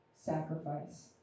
sacrifice